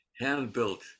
hand-built